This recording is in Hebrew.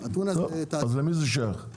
אז למי זה שייך?